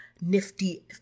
nifty